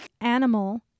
Animal